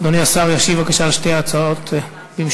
אדוני השר ישיב בבקשה על שתי ההצעות במשותף.